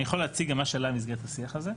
אני יכול גם מה שעלה במסגרת השיח הזה.